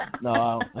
no